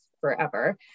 forever